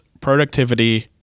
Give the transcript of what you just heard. productivity